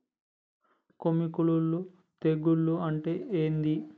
కొమ్మి కుల్లు తెగులు అంటే ఏంది?